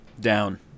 Down